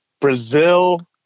Brazil